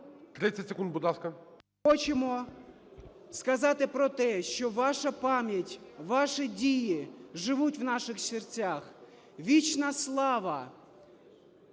Хочемо сказати про те, що ваша пам'ять, ваші дії живуть в наших серцях. Вічна слава